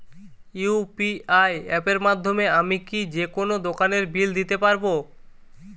UPI অ্যাপের মাধ্যমে আমি কি যেকোনো দোকানের বিল দিতে পারবো?